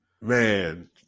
man